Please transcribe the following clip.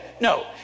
No